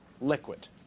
liquid